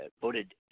voted